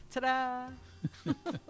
Ta-da